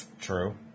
True